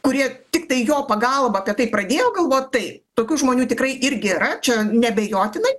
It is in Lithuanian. kurie tiktai jo pagalba apie tai pradėjo galvot tai tokių žmonių tikrai irgi yra čia neabejotinai